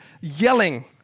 yelling